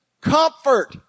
comfort